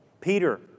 Peter